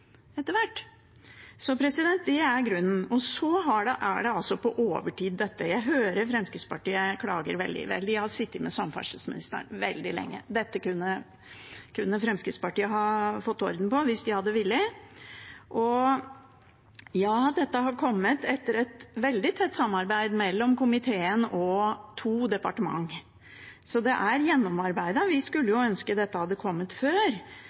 etter hvert. Så det er grunnen. Dette skjer på overtid. Jeg hører Fremskrittspartiet klager veldig. Vel, de har sittet med samferdselsministeren veldig lenge. Dette kunne Fremskrittspartiet ha fått orden på, hvis de hadde villet. Dette har kommet etter et veldig tett samarbeid mellom komiteen og to departement. Så det er gjennomarbeidet. Vi skulle ønske dette hadde kommet før.